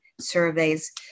surveys